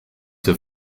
have